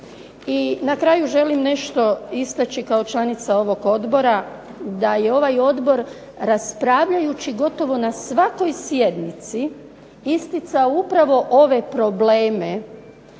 na kraju želim istaći nešto kao članica ovog Odbora, da je ovaj Odbor raspravljajući gotovo na svakoj sjednici isticao upravo ove probleme